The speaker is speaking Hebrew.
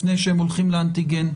לפני שהם הולכים לאנטיגן.